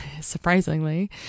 surprisingly